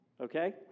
Okay